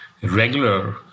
regular